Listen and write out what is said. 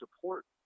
support